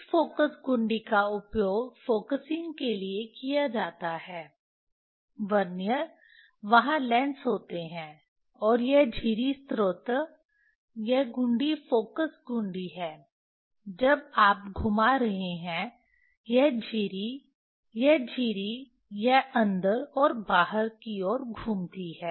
इस फ़ोकस घुंडी का उपयोग फ़ोकसिंग के लिए किया जाता है वर्नियर वहाँ लेंस होते हैं और यह झिरी स्रोत यह घुंडी फ़ोकस घुंडी है जब आप घुमा रहे हैं यह झिरी यह झिरी यह अंदर और बाहर की ओर घुमती है